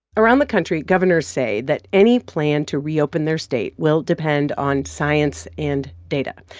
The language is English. around the country, governors say that any plan to reopen their state will depend on science and data.